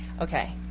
Okay